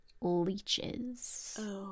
leeches